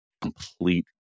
complete